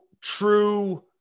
true